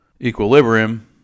equilibrium